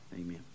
Amen